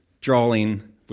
drawing